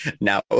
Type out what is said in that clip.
Now